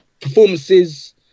Performances